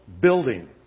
building